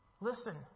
listen